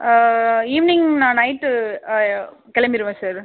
evening நான் night கிளம்பிடுவேன் sir